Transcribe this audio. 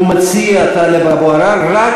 טלב אבו עראר מציע.